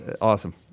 Awesome